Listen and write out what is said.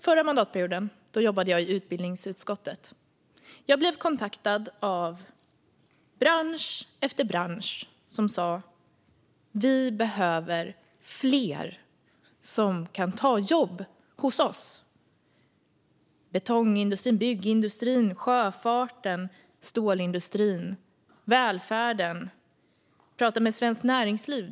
Förra mandatperioden jobbade jag i utbildningsutskottet. Jag blev kontaktad av bransch efter bransch som sa: Vi behöver fler som kan ta jobb hos oss! Det var betongindustrin, byggindustrin, sjöfarten, stålindustrin, välfärden. Jag pratade med Svenskt Näringsliv.